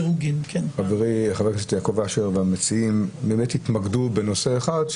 חברי חבר הכנסת יעקב אשר והמציעים באמת התמקדו בנושא אחד,